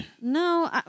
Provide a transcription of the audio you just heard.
No